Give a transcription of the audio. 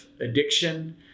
addiction